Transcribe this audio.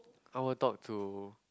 I want talk to